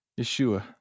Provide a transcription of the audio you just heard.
Yeshua